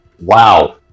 Wow